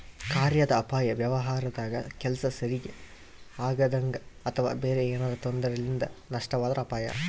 ಕಾರ್ಯಾದ ಅಪಾಯ ವ್ಯವಹಾರದಾಗ ಕೆಲ್ಸ ಸರಿಗಿ ಆಗದಂಗ ಅಥವಾ ಬೇರೆ ಏನಾರಾ ತೊಂದರೆಲಿಂದ ನಷ್ಟವಾದ್ರ ಅಪಾಯ